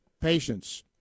patience